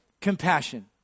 Compassion